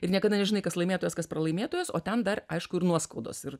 ir niekada nežinai kas laimėtojas kas pralaimėtojas o ten dar aišku ir nuoskaudos ir